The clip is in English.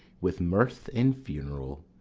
with mirth in funeral,